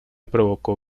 provocó